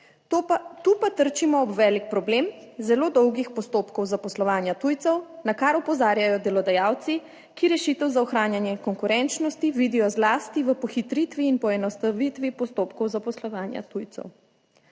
Tu pa trčimo ob velik problem zelo dolgih postopkov zaposlovanja tujcev, na kar opozarjajo delodajalci, ki rešitev za ohranjanje konkurenčnosti vidijo zlasti v pohitritvi in poenostavitvi postopkov zaposlovanja tujcev.